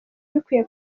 bikwiye